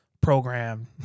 program